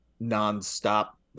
Non-stop